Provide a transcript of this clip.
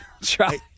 try